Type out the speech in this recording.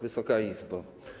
Wysoka Izbo!